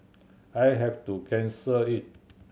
I have to cancel it